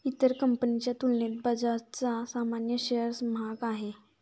इतर कंपनीच्या तुलनेत बजाजचा सामान्य शेअर महाग आहे